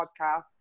podcast